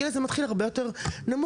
הגיל הזה מתחיל הרבה יותר נמוך.